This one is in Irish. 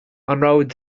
raibh